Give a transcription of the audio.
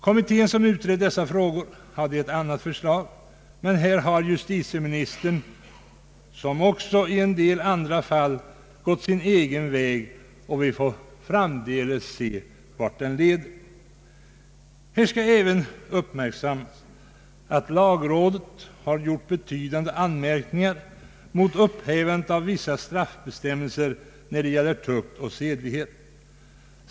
Kommittén som utrett dessa frågor kom med ett förslag, men justitieministern har här liksom i en del andra fall gått sin egen väg, och vi får framdeles se vart den leder. Här skall även uppmärksammas att lagrådet har gjort betydande anmärkningar mot upphävandet av vissa straffbestämmelser när det gäller tukt och sedlighet.